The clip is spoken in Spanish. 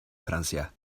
francia